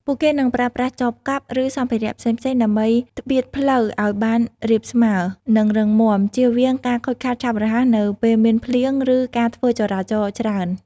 ពួកគេនឹងប្រើប្រាស់ចបកាប់ ឬសម្ភារៈផ្សេងៗដើម្បីត្បៀតផ្លូវឲ្យបានរាបស្មើ និងរឹងមាំ ជៀសវាងការខូចខាតឆាប់រហ័សនៅពេលមានភ្លៀង ឬការធ្វើចរាចរណ៍ច្រើន។